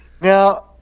Now